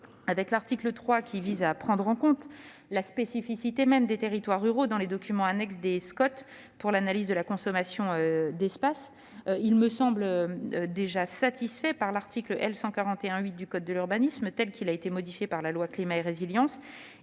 L'article 3 prévoit de prendre en compte la spécificité des territoires ruraux dans les documents annexes des SCoT pour l'analyse de la consommation d'espace. Il me semble déjà satisfait par l'article L. 141-8 du code de l'urbanisme, tel qu'il a été modifié par la loi Climat et résilience.